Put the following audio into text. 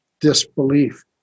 disbelief